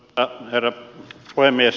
arvoisa herra puhemies